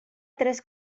tres